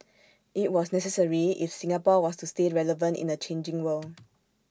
IT was necessary if Singapore was to stay relevant in A changing world